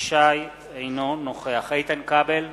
אינו נוכח איתן כבל,